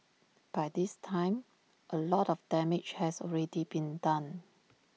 by this time A lot of damage has already been done